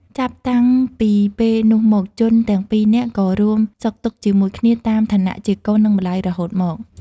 ចាប់តាំងពីពេលនោះមក ជនទាំងពីរនាក់ ក៏រួមសុខទុក្ខជាមួយគ្នាតាមឋានៈជាកូននិងម្ដាយរហូតមក ។